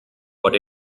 what